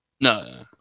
No